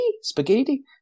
spaghetti